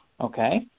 okay